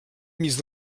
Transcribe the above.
mig